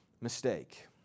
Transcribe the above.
mistake